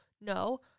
no